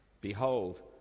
Behold